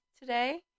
today